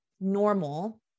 normal